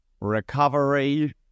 recovery